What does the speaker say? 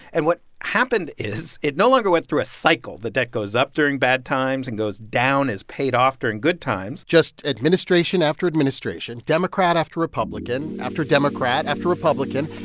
and what happened is it no longer went through a cycle. the debt goes up during bad times and goes down, is paid off during good times just administration after administration, democrat after republican, after democrat, after republican,